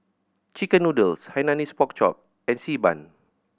chicken noodles Hainanese Pork Chop and Xi Ban